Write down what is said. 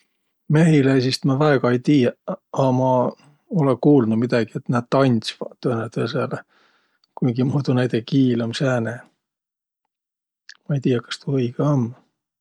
Mehiläisist ma väega ei tiiäq, a ma olõ kuuldnuq midägi, et nä tandsvaq tõõnõtõõsõlõ. Kuigimuudu näide kiil um sääne. Ma ei tiiäq, kas tuu õigõ um.